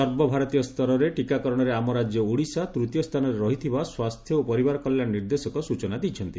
ସର୍ବଭାରତୀୟ ସ୍ତରରେ ଟିକାକରଣରେ ଆମ ରାଜ୍ୟ ଓଡ଼ିଶା ତୂତୀୟ ସ୍ଚାନରେ ରହିଥିବା ସ୍ୱାସ୍ଚ୍ୟ ଓ ପରିବାର କଲ୍ୟାଣ ନିର୍ଦ୍ଦେଶକ ସ୍ଚଚନା ଦେଇଛନ୍ତି